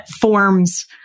forms